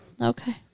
Okay